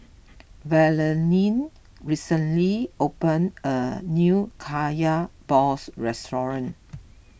Valentin recently opened a new Kaya Balls restaurant